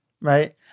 Right